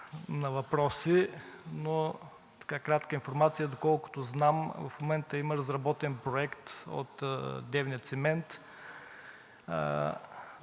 на въпроси. Но кратка информация – доколкото знам, в момента има разработен проект от „Девня Цимент“